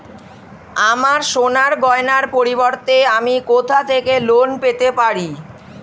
আমার সোনার গয়নার পরিবর্তে আমি কোথা থেকে লোন পেতে পারি?